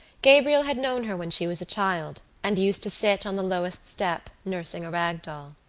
gabriel had known her when she was a child and used to sit on the lowest step nursing a rag doll.